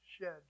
shed